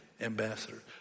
ambassador